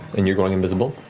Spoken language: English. and you're going invisible?